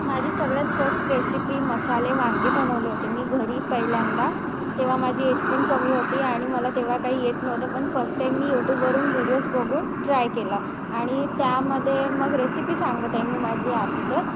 माझी सगळ्यात first recipe मसाले वांगे बनवले होते मी घरी पहिल्यांदा तेव्हा माझी एज पण कमी होती आणि मला तेव्हा काही येत नव्हतं पण फस्ट टाईम मी यूटूबवरून व्हिडिओज बघून ट्राय केलं आणि त्यामध्ये मग रेसिपी सांगत आहे मी माझी आधी तर